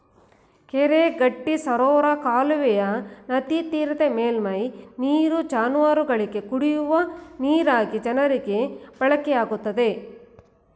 ಕೆರೆ ಗಡ್ಡಿ ಸರೋವರ ಕಾಲುವೆಯ ನದಿತೀರದ ಮೇಲ್ಮೈ ನೀರು ಜಾನುವಾರುಗಳಿಗೆ, ಕುಡಿಯ ನೀರಾಗಿ ಜನರಿಗೆ ಬಳಕೆಯಾಗುತ್ತದೆ